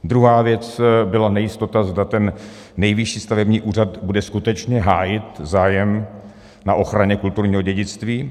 Druhá věc byla nejistota, zda ten Nejvyšší stavební úřad bude skutečně hájit zájem na ochraně kulturního dědictví.